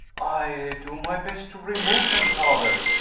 i do my best to remove them, father.